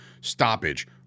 stoppage